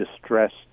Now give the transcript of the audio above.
distressed